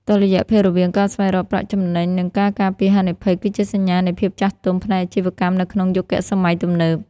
តុល្យភាពរវាង "ការស្វែងរកប្រាក់ចំណេញ" និង "ការការពារហានិភ័យ" គឺជាសញ្ញានៃភាពចាស់ទុំផ្នែកអាជីវកម្មនៅក្នុងយុគសម័យទំនើប។